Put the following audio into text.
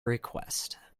request